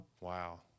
Wow